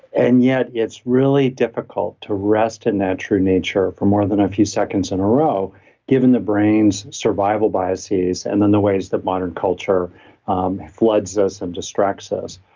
and yet it's really difficult to rest in that true nature for more than a few seconds in a row given the brain's survival biases and then the ways that modern culture um floods us and um distracts us.